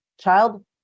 child